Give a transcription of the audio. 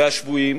והשבויים,